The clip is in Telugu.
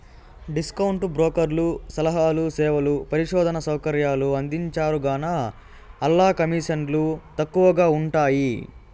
డిస్కౌంటు బ్రోకర్లు సలహాలు, సేవలు, పరిశోధనా సౌకర్యాలు అందించరుగాన, ఆల్ల కమీసన్లు తక్కవగా ఉంటయ్యి